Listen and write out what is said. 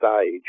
stage